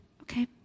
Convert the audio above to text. Okay